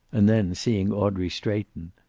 and then seeing audrey straighten,